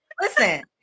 listen